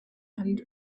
and